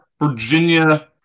Virginia